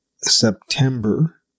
september